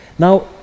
Now